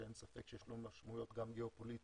שאין ספק שיש לו משמעויות גם גיאופוליטיות